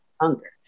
hunger